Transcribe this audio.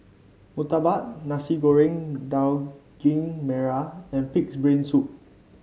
murtabak Nasi Goreng Daging Merah and pig's brain soup